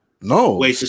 no